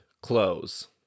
close